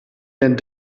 denn